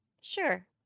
Sure